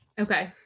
Okay